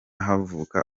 havuka